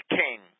king